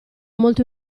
molto